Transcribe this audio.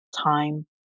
time